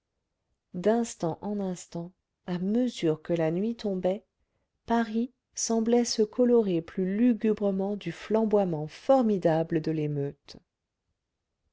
d'instant en instant à mesure que la nuit tombait paris semblait se colorer plus lugubrement du flamboiement formidable de l'émeute